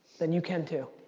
then you can too.